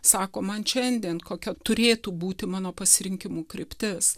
sako man šiandien kokia turėtų būti mano pasirinkimų kryptis